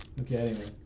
Okay